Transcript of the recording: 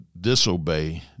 disobey